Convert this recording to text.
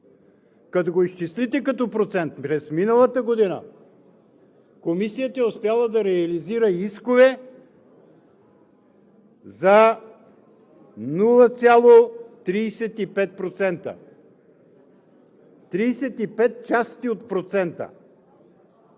Като го изчислите като процент, през миналата година Комисията е успяла да реализира искове за 0,35% – 35 части от процента!